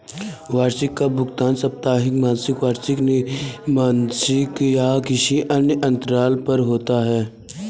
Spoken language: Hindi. वार्षिकी का भुगतान साप्ताहिक, मासिक, वार्षिक, त्रिमासिक या किसी अन्य अंतराल पर होता है